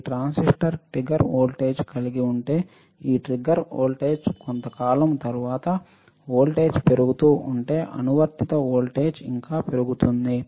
ఈ transistor trigger వోల్టేజ్కు కలిగి ఉంటే ఈ ట్రిగ్గర్ వోల్టేజ్కు కొంతకాలం తర్వాత వోల్టేజ్ పెరుగుతూ ఉంటే అనువర్తిత వోల్టేజ్ ఇంకా పెరుగుతుంది